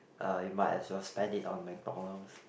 uh you might as well spend it on McDonald's